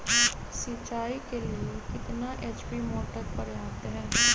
सिंचाई के लिए कितना एच.पी मोटर पर्याप्त है?